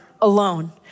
alone